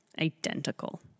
identical